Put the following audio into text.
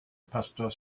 pastor